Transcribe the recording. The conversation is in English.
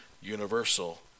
universal